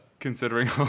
considering